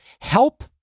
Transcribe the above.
help